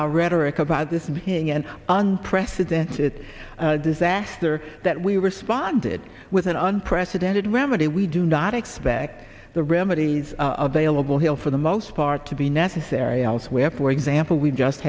our rhetoric about this being an unprecedented disaster that we responded with an unprecedented remedy we do not expect the remedies available here for the most part to be necessary else we have for example we just